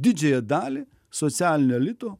didžiąją dalį socialinio elito